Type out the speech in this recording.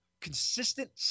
Consistent